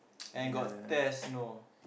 and got test you know